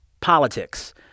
politics